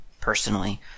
personally